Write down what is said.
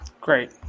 Great